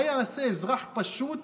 מה יעשה אזרח פשוט